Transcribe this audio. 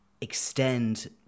extend